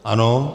Ano.